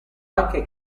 anche